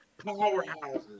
Powerhouses